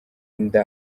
inda